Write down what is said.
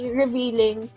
revealing